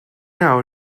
now